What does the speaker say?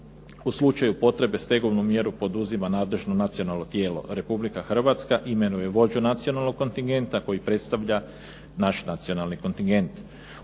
U slučaju potrebe stegovnu mjeru poduzima nadležno nacionalno tijelo. Republika Hrvatska imenuje vođu nacionalnog kontingenta koji predstavlja naš nacionalni kontingent.